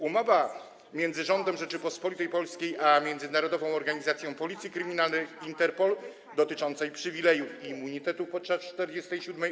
Umowa między Rządem Rzeczypospolitej Polskiej a Międzynarodową Organizacją Policji Kryminalnej - Interpol dotycząca przywilejów i immunitetów podczas 47.